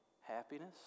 happiness